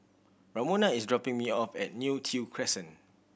Ramona is dropping me off at Neo Tiew Crescent